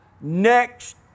next